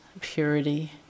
purity